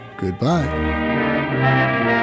goodbye